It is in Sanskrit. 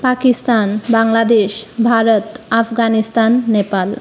पाकिस्तान् बाङ्ग्लादेश् भारतः आफ़्गानिस्तान् नेपाल्